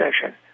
session